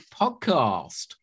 podcast